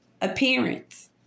Appearance